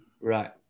Right